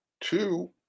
two